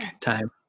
Time